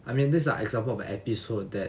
I mean these are the examples of episode that